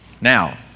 Now